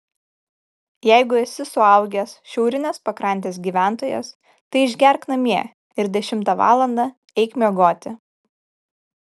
jeigu esi suaugęs šiaurinės pakrantės gyventojas tai išgerk namie ir dešimtą valandą eik miegoti